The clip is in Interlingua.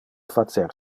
facer